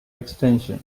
extension